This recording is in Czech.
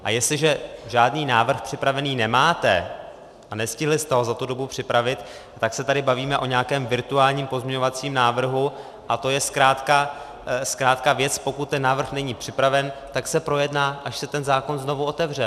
A jestliže žádný návrh připravený nemáte a nestihli jste ho za tu dobu připravit, tak se tady bavíme o nějakém virtuálním pozměňovacím návrhu a to je zkrátka věc pokud ten návrh není připraven, tak se projedná, až se ten zákon znovu otevře.